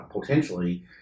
potentially